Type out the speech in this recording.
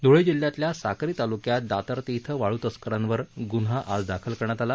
ध्ळे जिल्ह्यातल्या साक्री ताल्क्यात दातर्ती इथं वाळ्तस्करांवर ग्न्हा आज दाखल करण्यात आला